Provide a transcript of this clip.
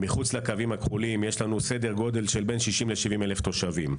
מחוץ לקווים הכחולים יש לנו סדר גודל של בין 60,000 ל-70,000 תושבים.